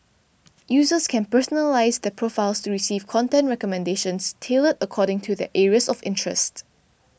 users can personalise their profiles to receive content recommendations tailored according to their areas of interest